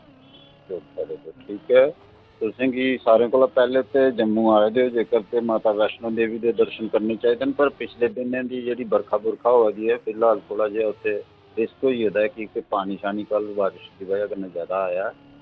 ठीक ऐ तुसें गी सारें कोला पैह्लें जम्मू आए दे ओ जेकर ते माता वैश्णो देवी दे दर्शन करने चाहिदे न पर पिछले दिनें दी जेह्ड़ी बरखा बुरखा होआ दी ऐ फिलहाल थोह्ड़ा जेहा उत्थै रिस्क होई गेदा क्योंकि पानी शानी कल्ल बारश दी ब'जा कन्नै जैदा आया ऐ